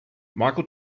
michael